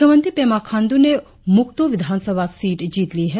मुख्यमंत्री पेमा खांडू ने मुक्तो विधानसभा सीट जीत ली है